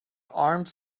arms